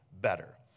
better